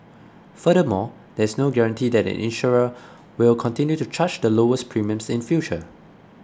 furthermore there is no guarantee that an insurer will continue to charge the lowest premiums in future